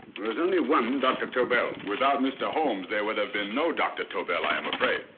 there is only one dr. tobel. without mr. holmes there would have been no dr. tobel i am afraid.